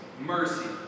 mercy